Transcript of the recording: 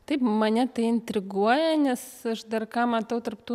taip mane tai intriguoja nes aš dar ką matau tarp tų